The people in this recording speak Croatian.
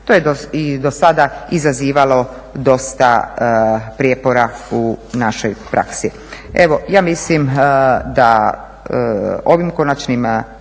To je i dosada izazivalo dosta prijepora u našoj praksi.